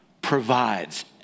provides